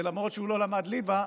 למרות שהוא לא למד ליבה,